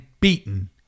beaten